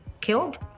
killed